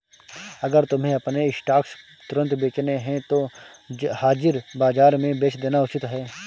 अगर तुम्हें अपने स्टॉक्स तुरंत बेचने हैं तो हाजिर बाजार में बेच देना उचित है